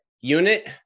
unit